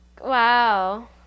wow